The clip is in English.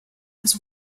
his